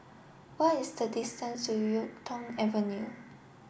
what is the distance to Yuk Tong Avenue